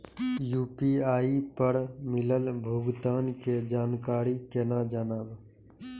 UPI पर मिलल भुगतान के जानकारी केना जानब?